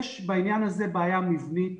יש בעניין הזה בעיה מבנית,